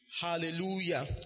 Hallelujah